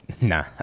Nah